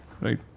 Right